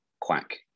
quack